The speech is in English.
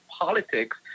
politics